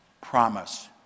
promise